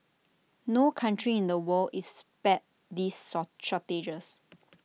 no country in the world is spared these sort shortages